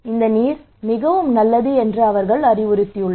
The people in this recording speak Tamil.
இந்த நீர் மிகவும் நல்லது என்று அவர்கள் உறுதியளித்தனர்